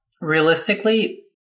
Realistically